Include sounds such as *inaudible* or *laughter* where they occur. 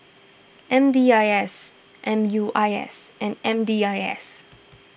M D I S M U I S and M D I S *noise*